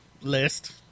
list